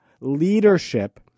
leadership